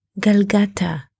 Galgata